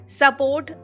support